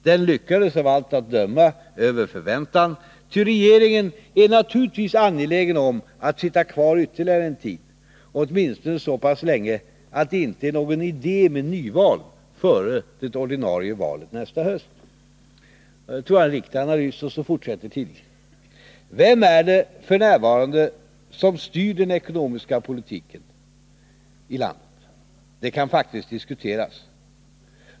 Den lyckades av allt att döma över förväntan ty regeringen är naturligtvis angelägen om att sitta kvar ytterligare en tid — åtminstone så pass länge att det inte är någon idé med nyval före det ordinarie valet nästa höst ——=.” Jag tror att detta är en riktig analys. Tidningen fortsätter: ”Vem det f..n. är som styr den ekonomiska politiken i landet kan faktiskt diskuteras.